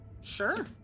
sure